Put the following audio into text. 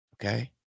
Okay